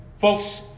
Folks